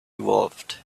evolved